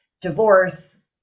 divorce